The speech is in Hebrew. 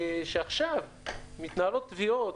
שעכשיו מתנהלות תביעות,